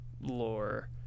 lore